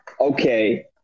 okay